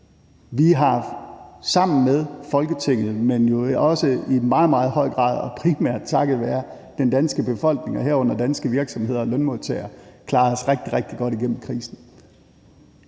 Vi har sammen med Folketinget, men jo også i meget, meget høj grad og primært takket være den danske befolkning, herunder danske virksomheder og lønmodtagere, klaret os rigtig, rigtig godt igennem krisen.